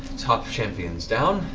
top champions down.